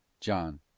John